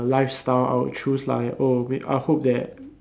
lifestyle I would choose like oh I mean I would hope that